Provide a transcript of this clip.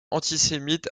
antisémites